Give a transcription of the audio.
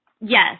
Yes